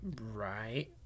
Right